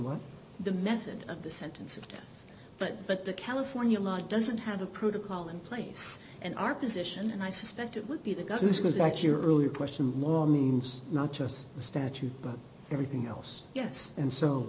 what the method of the sentences but but the california law doesn't have a protocol in place and our position and i suspect it would be the guy who's going back to your earlier question more means not just the statute but everything else yes and so